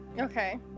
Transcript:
Okay